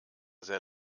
sehr